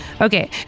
Okay